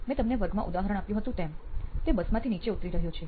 મેં તમને વર્ગમાં ઉદાહરણ આપ્યું તેમ તે બસમાંથી નીચે ઉતરી રહ્યો છે